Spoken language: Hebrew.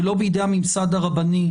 ולא בידי הממסד הרבני,